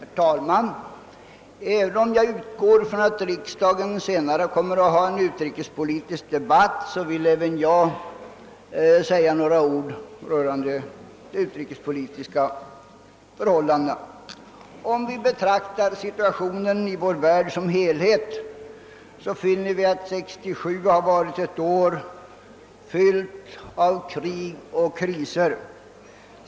Herr talman! Även om jag utgår från att riksdagen senare kommer att ha en utrikespolitisk debatt, vill också jag säga några ord i dag om de utrikespolitiska förhållandena. Om vi betraktar situationen i vår värld som helhet finner vi, att 1967 har varit ett år fyllt av krig och kriser.